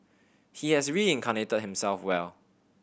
he has reincarnated himself well